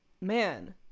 man